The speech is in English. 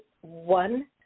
one